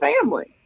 family